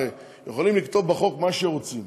הרי יכולים לכתוב בחוק מה שרוצים,